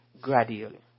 gradually